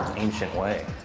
ancient way.